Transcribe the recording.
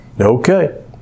Okay